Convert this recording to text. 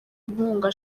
inkunga